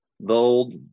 bold